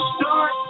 start